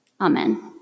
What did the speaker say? Amen